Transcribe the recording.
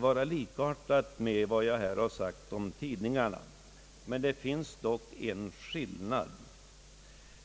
vara likartad med vad jag här har sagt om tidningarnas frihet, men det finns dock en skillnad.